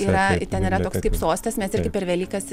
yra ten yra toks kaip sostas mes irgi per velykas